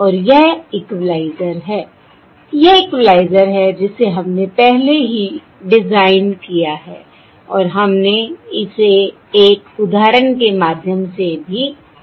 और यह इक्वलाइज़र है यह इक्वलाइज़र है जिसे हमने पहले ही डिज़ाइन किया है और हमने इसे एक उदाहरण के माध्यम से भी देखा है